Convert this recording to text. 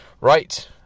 Right